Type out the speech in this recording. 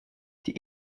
die